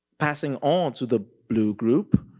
passing o to the blue group,